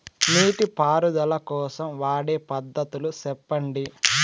నీటి పారుదల కోసం వాడే పద్ధతులు సెప్పండి?